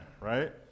right